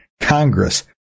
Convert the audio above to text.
Congress